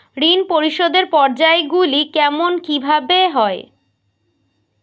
ঋণ পরিশোধের পর্যায়গুলি কেমন কিভাবে হয়?